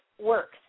works